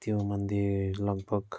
त्यो मन्दिर लगभग